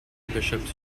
bishops